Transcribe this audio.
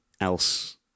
else